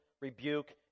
rebuke